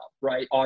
right